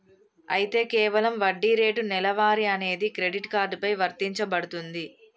అయితే కేవలం వడ్డీ రేటు నెలవారీ అనేది క్రెడిట్ కార్డు పై వర్తించబడుతుంది